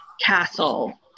castle